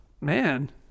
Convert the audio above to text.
Man